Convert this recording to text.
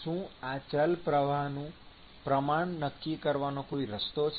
શું આ ચલ પ્રવાહનું પ્રમાણ નક્કી કરવાનો કોઈ રસ્તો છે